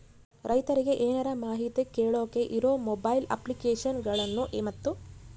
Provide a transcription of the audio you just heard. ರೈತರಿಗೆ ಏನರ ಮಾಹಿತಿ ಕೇಳೋಕೆ ಇರೋ ಮೊಬೈಲ್ ಅಪ್ಲಿಕೇಶನ್ ಗಳನ್ನು ಮತ್ತು?